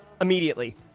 immediately